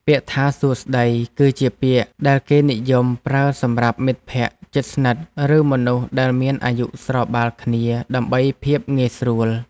ពាក្យថាសួស្តីគឺជាពាក្យដែលគេនិយមប្រើសម្រាប់មិត្តភក្តិជិតស្និទ្ធឬមនុស្សដែលមានអាយុស្របាលគ្នាដើម្បីភាពងាយស្រួល។